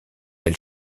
elle